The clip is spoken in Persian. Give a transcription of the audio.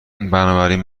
بنابراین